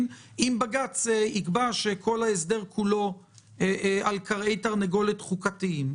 אם בג"ץ יקבע שההסדר כולו מונח על כרעי תרנגולת חוקתיים.